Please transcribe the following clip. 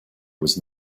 was